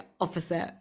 opposite